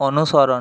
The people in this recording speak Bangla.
অনুসরণ